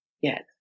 Yes